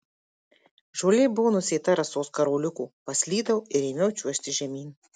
žolė buvo nusėta rasos karoliukų paslydau ir ėmiau čiuožti žemyn